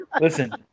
Listen